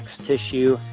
tissue